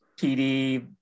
PD